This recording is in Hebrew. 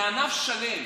אלא לענף שלם,